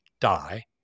die